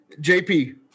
JP